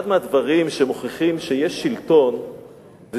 אחד מהדברים שמוכיחים שיש שלטון זה